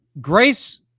grace